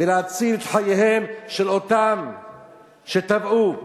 ולהציל את חייהם של אותם אלה שטבעו.